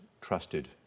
trusted